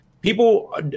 people